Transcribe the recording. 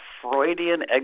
Freudian